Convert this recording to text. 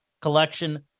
collection